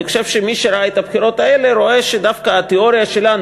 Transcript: אני חושב שמי שראה את הבחירות האלה רואה שדווקא התיאוריה שלנו